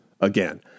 again